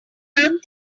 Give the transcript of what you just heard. burned